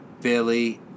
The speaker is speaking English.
Billy